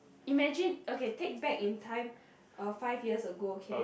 imagine okay take back in time uh five years ago okay